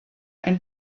and